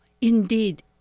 Indeed